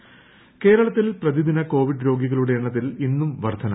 Covid Keralam കേരളത്തിൽ പ്രതിദിന covid രോഗികളുടെ എണ്ണത്തിൽ ഇന്നും വർദ്ധന